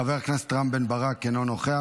חבר כנסת רם בן ברק, אינו נוכח.